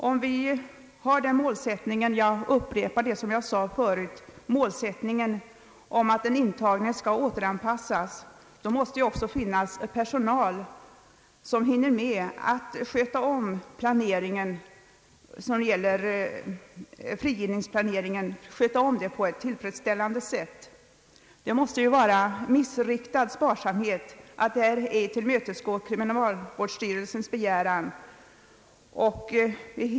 Om vi har den målsättningen — jag upprepar vad jag sade nyss — att den intagne skall återanpassas, måste det också finnas personal som hinner med att sköta frigivningsplaneringen på ett tillfredsställande sätt. Det måste vara missriktad sparsamhet att ej tillmötesgå kriminalvårdsstyrelsens begäran härvidlag.